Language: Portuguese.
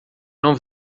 não